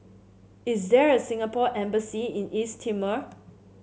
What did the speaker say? is there a Singapore Embassy in East Timor